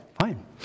Fine